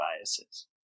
biases